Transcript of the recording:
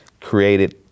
created